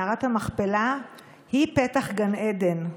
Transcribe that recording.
מערת המכפלה היא פתח גן עדן.